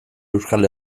euskal